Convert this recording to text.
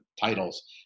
titles